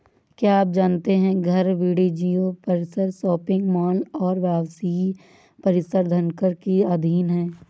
क्या आप जानते है घर, वाणिज्यिक परिसर, शॉपिंग मॉल और आवासीय परिसर धनकर के अधीन हैं?